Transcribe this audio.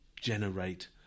generate